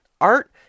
Art